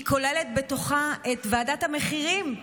היא כוללת בתוכה את ועדת המחירים,